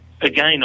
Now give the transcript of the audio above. Again